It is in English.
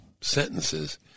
sentences